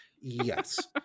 Yes